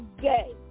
Gay